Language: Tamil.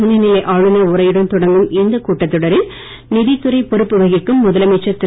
துணைநிலை ஆளுநர் உரையுடன் தொடங்கும் இக்கூட்டத் தொடரில் நிதித்துறை பொறுப்பு வகிக்கும் முதலமைச்சர் திரு